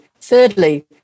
Thirdly